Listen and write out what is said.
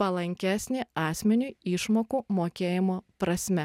palankesnį asmeniui išmokų mokėjimo prasme